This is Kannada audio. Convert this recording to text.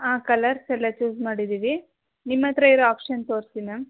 ಹಾಂ ಕಲರ್ಸ್ ಎಲ್ಲ ಚೂಸ್ ಮಾಡಿದ್ದೀವಿ ನಿಮ್ಮ ಹತ್ತಿರ ಇರೋ ಒಪ್ಶನ್ ತೋರಿಸಿ ಮ್ಯಾಮ್